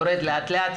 יורד לאט לאט,